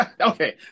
Okay